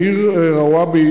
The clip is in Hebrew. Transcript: העיר הערבית רוואבי,